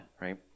right